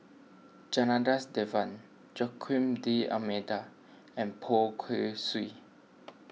Janadas Devan Joaquim D'Almeida and Poh Kay Swee